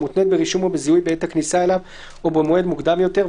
או מותנית ברישום או בזיהוי בעת הכניסה אליו או במועד מוקדם יותר,